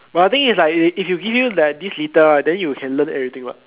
but the thing is like if th~ if you give you like this little then you can learn everything what